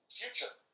future